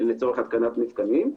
התקנת מתקנים.